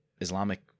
Islamic